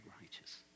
righteous